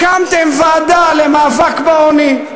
הקמתם ועדה למאבק בעוני.